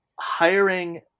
Hiring